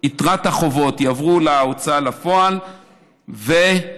יתרת החובות תעבור להוצאה לפועל וסוגרים.